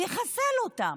הוא יחסל אותם,